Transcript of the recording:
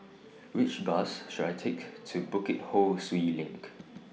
Which Bus should I Take to Bukit Ho Swee LINK